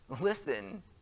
listen